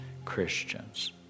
Christians